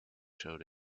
showed